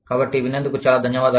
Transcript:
కాబట్టి విన్నందుకు చాలా ధన్యవాదాలు